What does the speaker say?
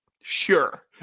Sure